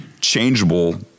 changeable